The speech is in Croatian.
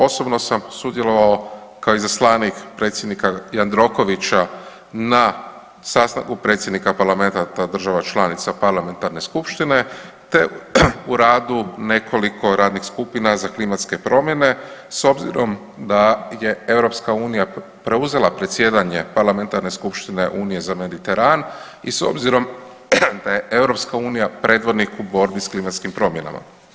Osobno sam sudjelovao kao izaslanik predsjednika Jandrokovića na sastanku predsjednika parlamenata država članica Parlamentarne skupštine te u radu nekoliko radnih skupina za klimatske promjene s obzirom da je EU preuzela predsjedanje Parlamentarne skupštine Unije za Mediteran i s obzirom da je EU predvodnik u borbi s klimatskim promjenama.